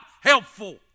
helpful